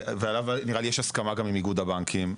ועליו נראה לי שיש הסכמה גם איגוד הבנקים.